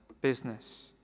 business